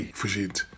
verzint